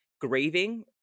grieving